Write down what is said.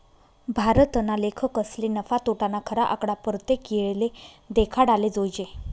भारतना लेखकसले नफा, तोटाना खरा आकडा परतेक येळले देखाडाले जोयजे